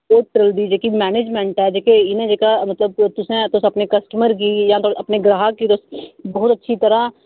hotel दी जेह्की management ऐ जेह्के इ'नें जेह्का मतलब तुसें तुस अपने कस्टमर गी जां अपने गाह्क गी तुस बहुत अच्छी तरह